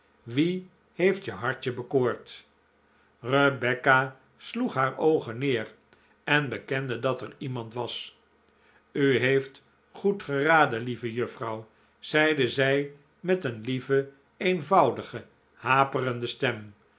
wie heeft je hartje bekoord rebecca sloeg haar oogen neer en bekende dat er iemand was u heeft goed geraden lieve juffrouw zeide zij met een lieve eenvoudige haperende stem